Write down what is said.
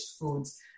foods